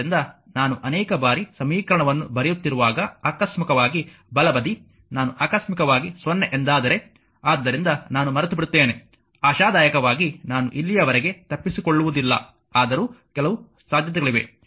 ಆದ್ದರಿಂದ ನಾನು ಅನೇಕ ಬಾರಿ ಸಮೀಕರಣವನ್ನು ಬರೆಯುತ್ತಿರುವಾಗ ಆಕಸ್ಮಿಕವಾಗಿ ಬಲಬದಿ ನಾನು ಆಕಸ್ಮಿಕವಾಗಿ 0 ಎಂದಾದರೆ ಆದ್ದರಿಂದ ನಾನು ಮರೆತುಬಿಡುತ್ತೇನೆ ಆಶಾದಾಯಕವಾಗಿ ನಾನು ಇಲ್ಲಿಯವರೆಗೆ ತಪ್ಪಿಸಿಕೊಳ್ಳುವುದಿಲ್ಲ ಆದರೂ ಕೆಲವು ಸಾಧ್ಯತೆಗಳಿವೆ